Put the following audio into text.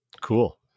Cool